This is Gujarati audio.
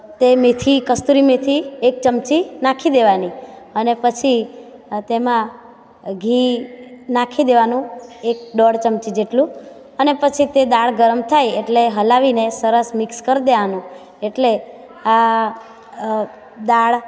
તે મેથી કસ્તુરી મેથી એક ચમચી નાખી દેવાની અને પછી તેમાં ઘી નાખી દેવાનું એક દોઢ ચમચી જેટલું અને પછી તે દાળ ગરમ થાય એટલે હલાવીને સરસ મિક્સ કરી દેવાનું એટલે આ દાળ